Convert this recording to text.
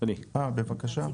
בבקשה,